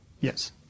Yes